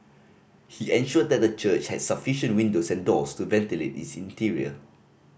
he ensured that the church had sufficient windows and doors to ventilate its interior